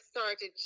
started